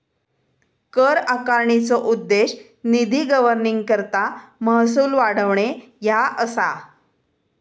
कर आकारणीचो उद्देश निधी गव्हर्निंगकरता महसूल वाढवणे ह्या असा